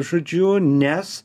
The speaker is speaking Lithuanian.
žodžiu nes